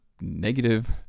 negative